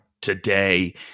today